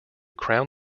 crown